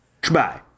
Goodbye